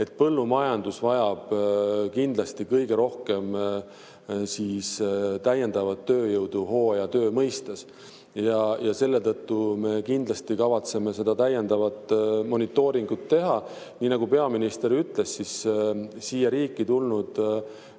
põllumajandus vajab kindlasti kõige rohkem täiendavat tööjõudu hooajatöö mõistes. Ja selle tõttu me kindlasti kavatseme seda täiendavat monitooringut teha. Nii nagu peaminister ütles, siia riiki tulnud